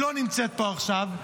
לא נמצאת פה עכשיו,